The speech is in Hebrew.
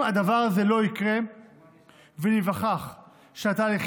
אם הדבר הזה לא יקרה וניווכח שהתהליכים